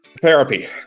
Therapy